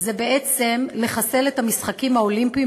זה בעצם לחסל את המשחקים האולימפיים